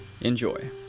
enjoy